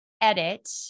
edit